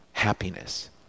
happiness